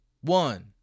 one